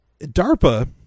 DARPA